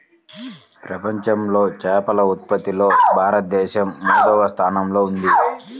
ప్రపంచంలో చేపల ఉత్పత్తిలో భారతదేశం మూడవ స్థానంలో ఉంది